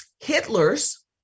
Hitler's